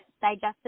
digestive